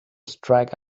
strike